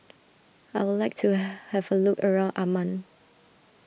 I would like to have a look around Amman